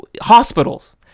hospitals